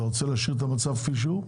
אתה רוצה להשאיר את המצב כפי שהוא?